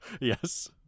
Yes